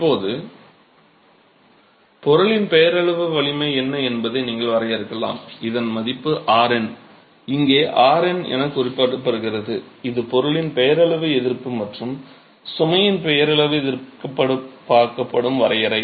இப்போது பொருளின் பெயரளவு வலிமை என்ன என்பதை நீங்கள் வரையறுக்கலாம் இதன் மதிப்பு Rn இங்கே Rn என குறிக்கப்படுகிறது இது பொருளின் பெயரளவு எதிர்ப்பு மற்றும் சுமையின் பெயரளவு எதிர்பார்க்கப்படும் வரையறை